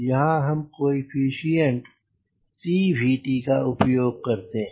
यहाँ हम coefficient CVT का उपयोग करते हैं